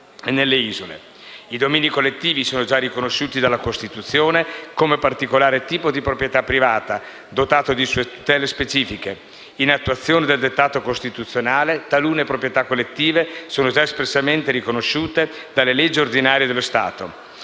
I domini collettivi sono già riconosciuti dalla Costituzione come particolare tipo di proprietà privata, dotato di sue tutele specifiche. In attuazione del dettato costituzionale, talune proprietà collettive sono già espressamente riconosciute dalle leggi ordinarie dello Stato.